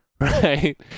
right